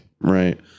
Right